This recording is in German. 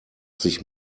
sich